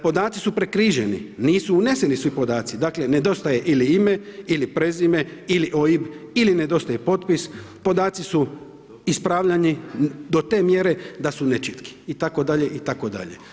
Podaci su prekriženi, nisu uneseni svi podaci, dakle nedostaje ili ime, ili prezime, ili OIB ili nedostaje potpis, podaci su ispravljani, do te mjere da su nečitki, itd., itd.